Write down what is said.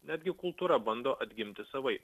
netgi kultūra bando atgimti savaip